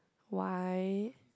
why